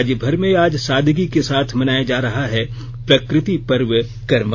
राज्यभर में आज सादगी के साथ मनाया जा रहा है प्रकृति पर्व करमा